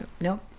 no